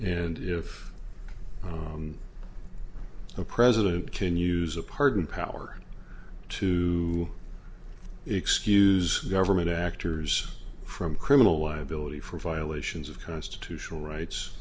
if the president can use the pardon power to excuse government actors from criminal liability for violations of constitutional rights